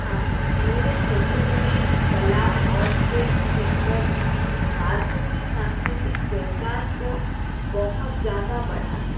मेरे क्षेत्र में कला और शिल्प सेक्टर राज्य की सांस्कृतिक पहचान को बहुत ज़्यादा बढ़ाता है